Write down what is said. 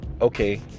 okay